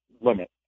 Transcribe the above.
limit